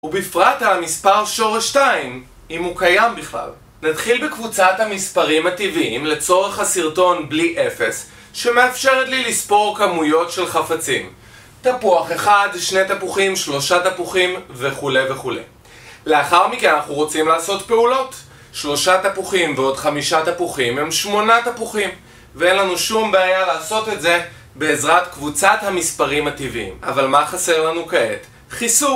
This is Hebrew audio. ובפרט המספר שורש 2, אם הוא קיים בכלל נתחיל בקבוצת המספרים הטבעיים לצורך הסרטון בלי אפס שמאפשרת לי לספור כמויות של חפצים תפוח אחד, שני תפוחים, שלושה תפוחים וכו' וכו' לאחר מכן אנחנו רוצים לעשות פעולות שלושה תפוחים ועוד חמישה תפוחים הם שמונה תפוחים ואין לנו שום בעיה לעשות את זה בעזרת קבוצת המספרים הטבעיים אבל מה חסר לנו כעת? חיסור.